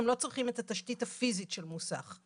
הם לא צריכים את התשתית הפיזית של מוסך.